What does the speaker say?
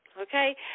okay